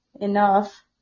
enough